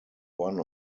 one